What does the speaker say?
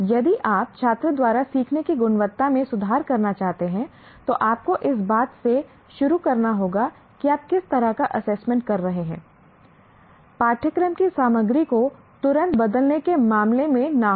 यदि आप छात्र द्वारा सीखने की गुणवत्ता में सुधार करना चाहते हैं तो आपको इस बात से शुरू करना होगा कि आप किस तरह का असेसमेंट कर रहे हैं पाठ्यक्रम की सामग्री को तुरंत बदलने के मामले में न हो